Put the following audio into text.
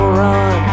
run